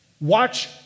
watch